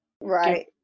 Right